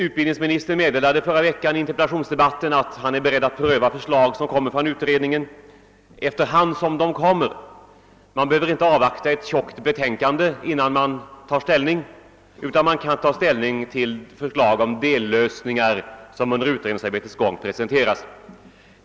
Utbildningsministern meddelade i :interpellationsdebatten förra veckan att han är beredd att pröva förslag av utredningen efter hand som de kommer — man behöver inte avvakta ett omfattande betänkande utan kan ta ställning till förslag till dellösningar som presenteras under utredningens gång.